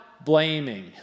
blaming